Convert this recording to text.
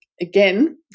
Again